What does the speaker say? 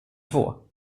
två